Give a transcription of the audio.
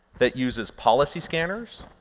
that uses policy scanners,